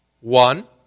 One